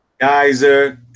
Geyser